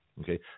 okay